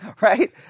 Right